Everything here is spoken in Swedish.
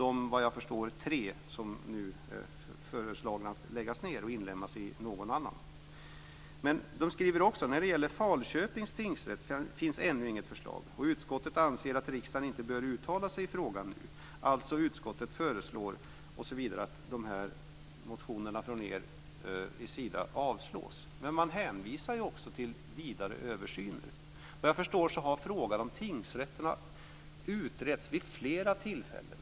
Såvitt jag förstår är det de tre som nu föreslås bli nedlagda och inlemmas i någon annan. Utskottet skriver också: "När det gäller Falköpings tingsrätt finns ännu inget förslag, och utskottet anser att riksdagen inte bör uttala sig i frågan nu. Utskottet föreslår att riksdagen avslår motionerna Ju26, Ju32, Ju33 och Ju34." Men man hänvisar också till vidare översyner. Såvitt jag förstår har frågan om tingsrätterna utretts vid flera tillfällen.